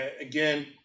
Again